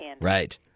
Right